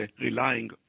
relying